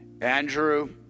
Andrew